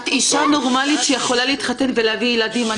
ס': את אישה נורמלית שיכולה להתחתן ולהביא ילדים.